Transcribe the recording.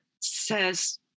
says